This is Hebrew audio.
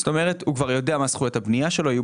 הוא כבר יודע מהן זכויות הבנייה שיהיו לו